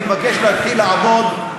אני מבקש להתחיל לעבוד,